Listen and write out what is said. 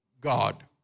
God